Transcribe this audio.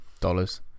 Dollars